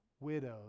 widows